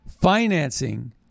financing